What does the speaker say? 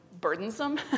burdensome